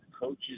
coaches